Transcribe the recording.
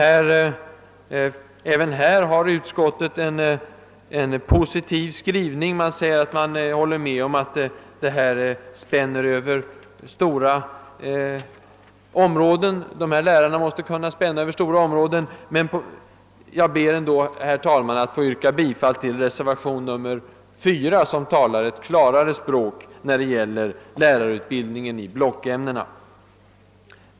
Även på denna punkt har utskottet en positiv skrivning; man håller med om att lärare i detta ämne måste kunna spänna över stora områden. Jag ber ändå, herr talman, att få yrka bifall till reservationen 4, som talar ett kiarare språk när det gäller lärarutbildningen i blockämnena.